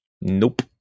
nope